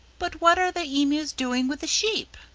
but what are the emus doing with the sheep?